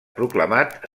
proclamat